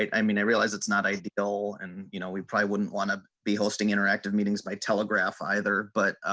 i mean i realize it's not a. dole and you know we try wouldn't want to be hosting interactive meetings by telegraph either but